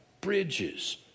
bridges